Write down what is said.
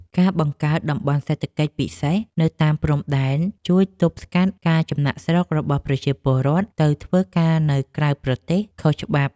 ការបង្កើតតំបន់សេដ្ឋកិច្ចពិសេសនៅតាមព្រំដែនជួយទប់ស្កាត់ការចំណាកស្រុករបស់ប្រជាពលរដ្ឋទៅធ្វើការនៅក្រៅប្រទេសខុសច្បាប់។